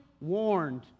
warned